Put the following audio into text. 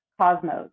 Cosmos